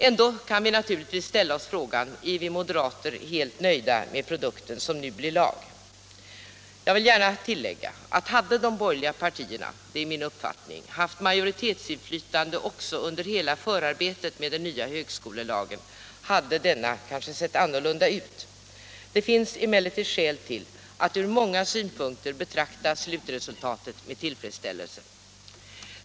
Ändå kan vi naturligtvis ställa oss frågan: Är vi moderater nöjda med den produkt som nu blir lag? Jag vill gärna tillägga att hade de borgerliga partierna haft majoritetsinflytande också under förarbetet med den nya högskolelagen, hade denna enligt min mening kunnat se annorlunda ut. Det finns emellertid skäl till att från många synpunkter betrakta slutresultatet med tillfredsställelse.